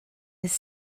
his